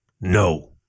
No